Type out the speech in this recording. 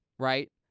Right